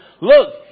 Look